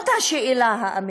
זאת השאלה האמיתית.